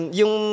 yung